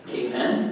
amen